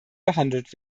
behandelt